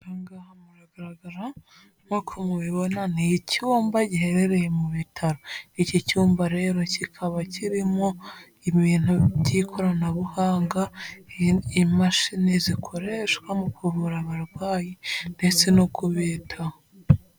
Aha ngaha muragaragara nk'uko mubibona ni icyumba giherereye mu bitaro, iki cyumba rero kikaba kirimowo ibintu by'ikoranabuhanga imashini zikoreshwa mu kuvura abarwayi ndetse no kubitaho.